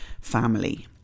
family